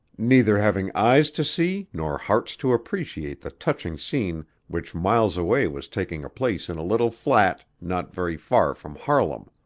neither having eyes to see nor hearts to appreciate the touching scene which miles away was taking place in a little flat not very far from harlem.